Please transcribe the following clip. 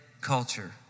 culture